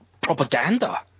propaganda